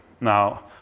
Now